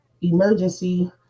emergency